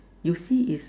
you see is